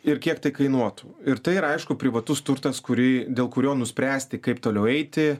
ir kiek tai kainuotų ir tai ir aišku privatus turtas kurį dėl kurio nuspręsti kaip toliau eiti